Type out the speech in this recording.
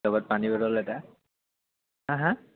লগত পানী বটল এটা হা হা